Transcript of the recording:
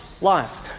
life